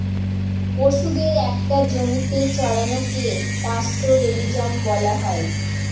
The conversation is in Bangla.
পশুদের একটা জমিতে চড়ানোকে পাস্তোরেলিজম বলা হয়